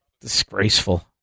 Disgraceful